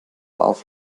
auf